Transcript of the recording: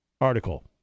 article